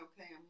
okay